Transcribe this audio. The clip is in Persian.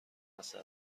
مثلا